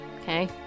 okay